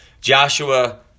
Joshua